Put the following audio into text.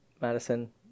Madison